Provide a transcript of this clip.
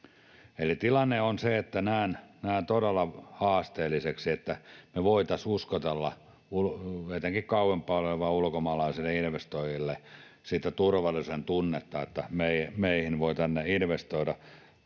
tilanne on se, että näen todella haasteelliseksi, että me voitaisiin uskotella etenkin kauempana oleville ulkomaalaisille investoijille sitä turvallisuudentunnetta, sitä, että meihin voi tänne investoida